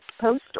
post